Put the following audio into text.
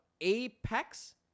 Apex